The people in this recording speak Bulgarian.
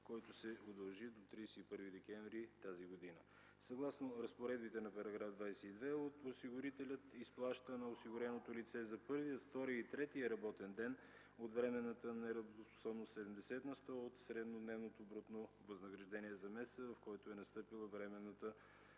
й се удължи до 31 декември 2012 г. Съгласно разпоредбите на § 22 осигурителят изплаща на осигуреното лице за първия, втория и третия работен ден от временната неработоспособност 70 на сто от среднодневното брутно възнаграждение за месеца, в който е настъпила временната